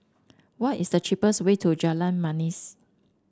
what is the cheapest way to Jalan Manis